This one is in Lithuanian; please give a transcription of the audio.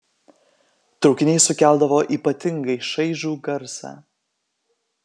traukiniai sukeldavo ypatingai šaižų garsą